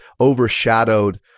overshadowed